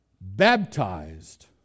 baptized